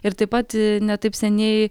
ir taip pat ne taip seniai